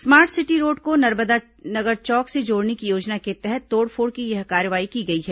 smart city road को नर्मदा नगर चौक से जोड़ने की योजना के तहत तोड़फोड़ की यह कार्रवाई की गई है